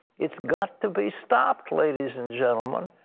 it's got to be stopped, ladies and gentlemen.